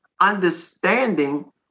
understanding